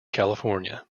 california